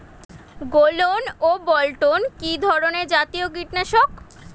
গোলন ও বলটন কি ধরনে জাতীয় কীটনাশক?